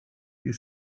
you